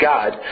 God